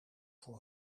voor